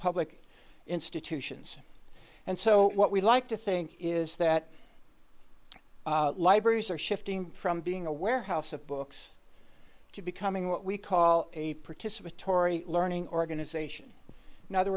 public institutions and so what we like to think is that libraries are shifting from being a warehouse of books to becoming what we call a participatory learning organisation another